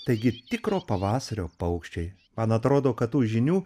taigi tikro pavasario paukščiai man atrodo kad tų žinių